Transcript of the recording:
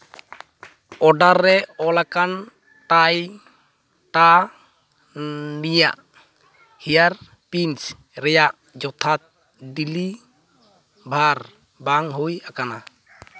order ᱨᱮ ᱚᱞ ᱟᱠᱟᱱ ᱴᱟᱭᱴᱟᱱᱤᱭᱟ ᱦᱮᱭᱟᱨ ᱯᱤᱱᱥ ᱨᱮᱭᱟᱜ ᱡᱚᱛᱷᱟᱛ ᱰᱮᱞᱤᱵᱷᱟᱨ ᱵᱟᱝ ᱦᱩᱭ ᱟᱠᱟᱱᱟ